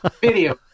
Video